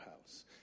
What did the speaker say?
house